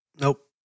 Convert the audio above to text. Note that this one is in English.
Nope